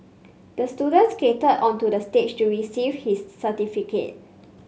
the student skated onto the stage to receive his certificate